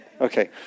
Okay